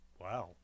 Wow